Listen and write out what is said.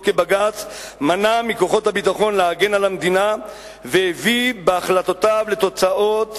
כבג"ץ מנע מכוחות הביטחון להגן על המדינה והביא בהחלטותיו לתוצאות